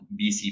BC